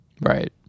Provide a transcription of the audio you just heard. Right